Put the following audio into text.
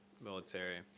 military